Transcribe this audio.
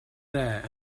there